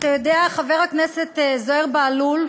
אתה יודע, חבר הכנסת זוהיר בהלול,